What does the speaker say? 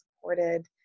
supported